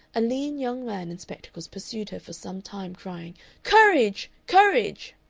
a lean young man in spectacles pursued her for some time, crying courage! courage!